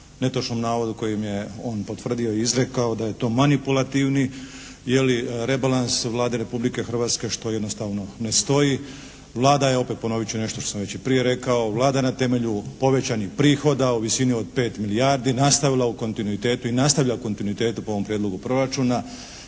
netočnom navodu kojim je on potvrdio i izrekao da je to manipulativni je li rebalans Vlade Republike Hrvatske što jednostavno ne stoji. Vlada je opet, ponovit ću nešto što sam već i prije rekao, Vlada je na temelju povećanih prihoda o visini od 5 milijardi nastavila u kontinuitetu i nastavlja u kontinuitetu po ovom Prijedlogu proračuna